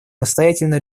настоятельно